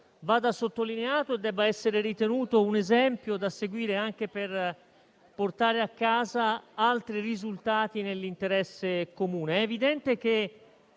vada sottolineato e debba essere ritenuto un esempio da seguire, anche per portare a casa altri risultati, nell'interesse comune. È evidente che